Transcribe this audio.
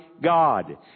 God